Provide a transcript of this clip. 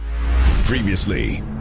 Previously